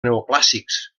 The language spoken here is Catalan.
neoclàssics